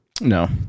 No